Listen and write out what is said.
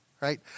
Right